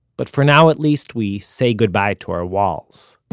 but for now, at least, we say goodbye to our walls